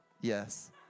Yes